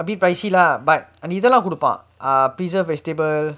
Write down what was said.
a bit pricey lah but அந்த இதெல்லா கொடுப்பா:antha ithelaa koduppaa err preserved vegetable